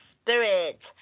spirit